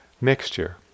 mixture